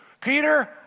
Peter